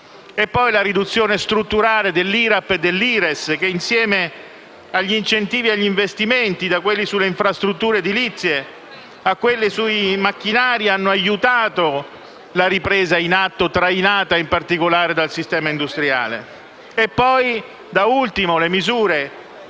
è, poi, la riduzione strutturale dell'IRAP e dell'IRES che, insieme agli incentivi agli investimenti, da quelli sulle infrastrutture edilizie a quelli sui macchinari, hanno aiutato la ripresa in atto, trainata, in particolare, dal sistema industriale. Da ultimo, le misure